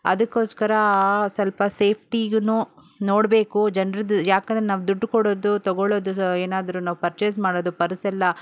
ಅದಕ್ಕೋಸ್ಕರ ಸ್ವಲ್ಪ ಸೇಫ್ಟಿಗೂನೂ ನೋಡಬೇಕು ಜನ್ರದ್ದು ಏಕೆಂದ್ರೆ ನಾವು ದುಡ್ಡು ಕೊಡೋದು ತೊಗೊಳ್ಳೋದು ಏನಾದ್ರೂ ನಾವು ಪರ್ಚೇಸ್ ಮಾಡೋದು ಪರ್ಸೆಲ್ಲ